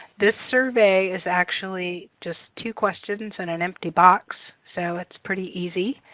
this survey is actually just two questions and an empty box so it's pretty easy.